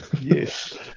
Yes